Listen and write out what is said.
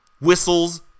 whistles